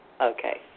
Okay